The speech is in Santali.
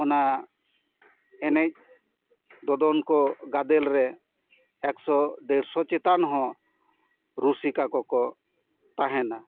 ᱚᱱᱟ ᱮᱱᱮᱡ ᱫᱚᱫᱚᱱ ᱠᱚ ᱜᱟᱫᱮᱞ ᱨᱮ ᱮᱠᱥᱚ ᱰᱮᱲᱥᱚ ᱪᱮᱛᱟᱱ ᱦᱚᱸ ᱨᱩᱥᱤᱥᱟ ᱠᱚᱠᱚ ᱛᱟᱦᱮᱱᱟ